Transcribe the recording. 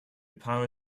power